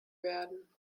werden